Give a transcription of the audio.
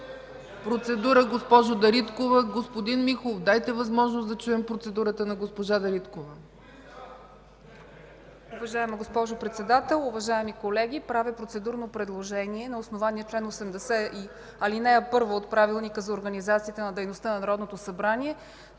Процедура – госпожа Дариткова. Господин Михов, дайте възможност да чуем процедурата на госпожа Дариткова.